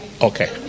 Okay